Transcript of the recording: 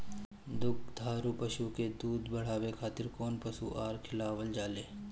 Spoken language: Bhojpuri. दुग्धारू पशु के दुध बढ़ावे खातिर कौन पशु आहार खिलावल जाले?